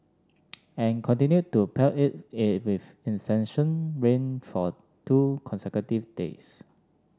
and continued to pelt it is with incessant rain for two consecutive days